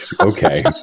Okay